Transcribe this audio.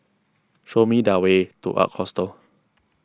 show me the way to Ark Hostel